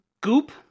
goop